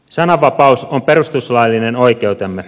sananvapaus on perustuslaillinen oikeutemme